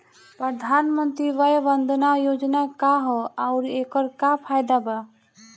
प्रधानमंत्री वय वन्दना योजना का ह आउर एकर का फायदा बा?